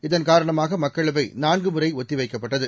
இதன் காரணமாக மக்களவை நான்குமுறை ஒத்தி வைக்கப்பட்டது